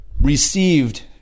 received